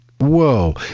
whoa